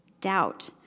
doubt